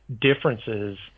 differences